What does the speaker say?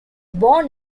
born